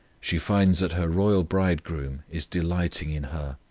she finds that her royal bridegroom is delighting in her,